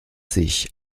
sich